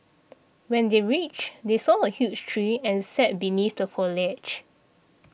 when they reached they saw a huge tree and sat beneath the foliage